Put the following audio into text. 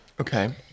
Okay